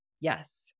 Yes